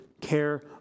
care